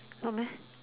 not meh